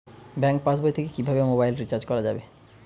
Bank পাশবই থেকে কিভাবে মোবাইল রিচার্জ করা যাবে?